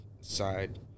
side